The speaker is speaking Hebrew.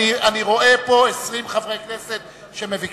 אני רואה פה 20 חברי כנסת שמבקשים.